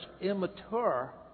immature